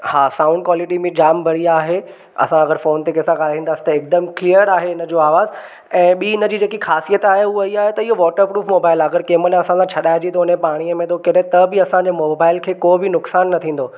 हा sound quality बि जामु बढ़िया आहे असां अगरि फोन ते कंहिंसां ॻाल्हाईंदासि त हिकदमि क्लीयर आहे हिन जो आवाज़ु ऐं ॿी हिनजी जेकी ख़ासियत आहे उहा ईअ आहे त इहो वॉटर प्रूफ मोबाइल आहे अगरि कंहिंमहिल असां सा छॾाइजी थो वञे पाणीअ में थो किरे त बि असांजे मोबाइल खे को बि नुक़सानु न थींदो